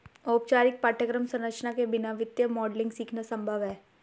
औपचारिक पाठ्यक्रम संरचना के बिना वित्तीय मॉडलिंग सीखना संभव हैं